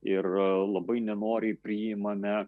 ir labai nenoriai priimame